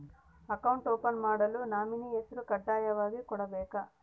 Account open ಮಾಡಲು nominee ಹೆಸರು ಕಡ್ಡಾಯವಾಗಿ ಕೊಡಬೇಕಾ?